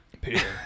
Peter